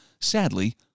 Sadly